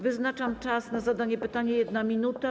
Wyznaczam czas na zadanie pytania - 1 minuta.